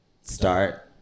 start